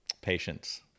patience